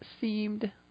seemed